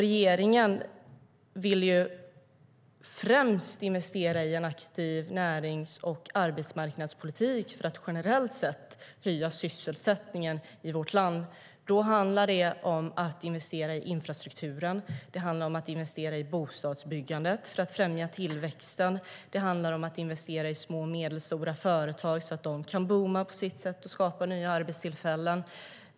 Regeringen vill främst investera i en aktiv närings och arbetsmarknadspolitik för att generellt sett öka sysselsättningen i vårt land. Det handlar om att investera i infrastrukturen. Det handlar om att investera i bostadsbyggandet för att främja tillväxten. Det handlar om att investera i små och medelstora företag så att de kan booma på sitt sätt och skapa nya arbetstillfällen.